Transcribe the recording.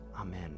Amen